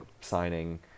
signing